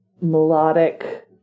melodic